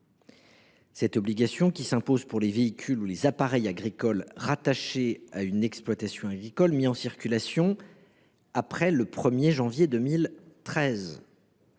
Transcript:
Cette obligation s’impose aux véhicules ou appareils agricoles rattachés à une exploitation agricole mis en circulation après le 1 janvier 2013.